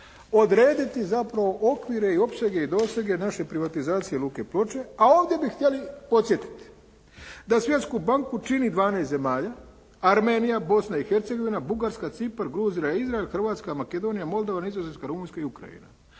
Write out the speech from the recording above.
odrediti zapravo okvire i opsege i dosege naše privatizacije Luke Ploče, a ovdje bi htjeli podsjetiti da Svjetsku banku čini 12 zemalja: Armenija, Bosna i Hercegovina, Bugarska, Cipar, Gruzija, Izrael, Hrvatska, Makedonija, Moldavija, Nizozemska, Rumunjska i Ukrajina.